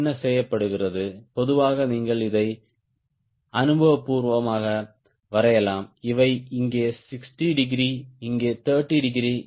என்ன செய்யப்படுகிறது பொதுவாக நீங்கள் இதை அனுபவபூர்வமாக வரையலாம் இவை இங்கே 60 டிகிரி இங்கு 30 டிகிரி